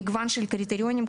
ועוד מגוון של קריטריונים,